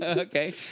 Okay